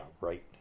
Right